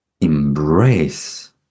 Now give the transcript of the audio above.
embrace